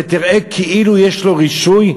ותראה בכך כאילו יש לו רישוי,